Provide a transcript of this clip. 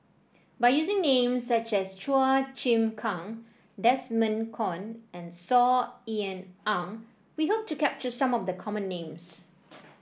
by using names such as Chua Chim Kang Desmond Kon and Saw Ean Ang we hope to capture some of the common names